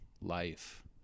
life